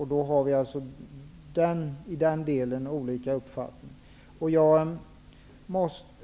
I denna del har vi olika uppfattning.